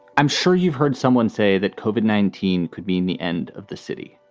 i'm sure you've heard someone say that koven nineteen could mean the end of the city.